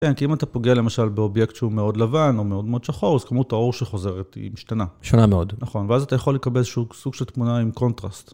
כן כי אם אתה פוגע למשל באובייקט שהוא מאוד לבן או מאוד מאוד שחור אז כמות האור שחוזרת היא משתנה. שונה מאוד. נכון ואז אתה יכול לקבל סוג של תמונה עם קונטרסט.